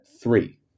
three